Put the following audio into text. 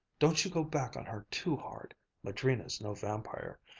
don't you go back on her too hard. madrina's no vampire.